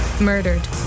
murdered